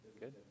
good